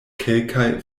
kelkaj